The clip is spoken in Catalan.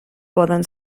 poden